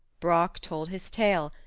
brock told his tale,